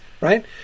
Right